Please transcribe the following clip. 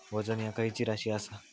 वजन ह्या खैची राशी असा?